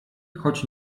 choć